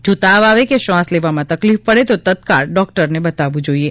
જો તાવ આવે કે શ્વાસ લેવામાં તકલીફ પડે તો તત્કાળ ડોક્ટરને બતાવવું જોઈએ